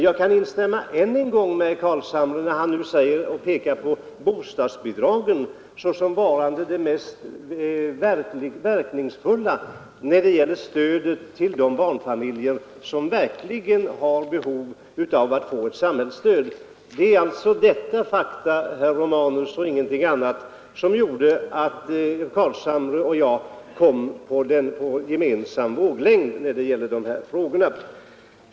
Jag kan instämma än en gång med herr Carlshamre, när han pekar på bostadstilläggen såsom varande det mest verkningsfulla stödet till de barnfamiljer som verkligen har behov av att få ett samhällsstöd. Det är alltså detta faktum, herr Romanus, och ingenting annat som gjort att herr Carlshamre och jag har kommit på en gemensam våglängd när det gäller de här frågorna.